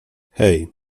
hej